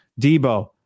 Debo